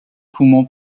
poumons